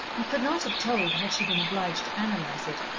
and could not have told, had she been obliged to analyse it,